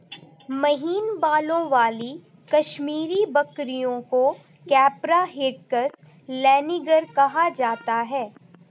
महीन बालों वाली कश्मीरी बकरियों को कैपरा हिरकस लैनिगर कहा जाता है